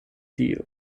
dio